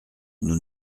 nous